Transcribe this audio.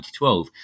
2012